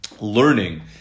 learning